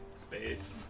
space